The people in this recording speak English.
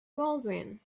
baldwin